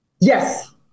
Yes